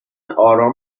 آرام